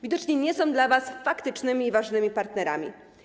Widocznie nie są dla was faktycznymi ważnymi partnerami.